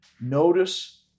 Notice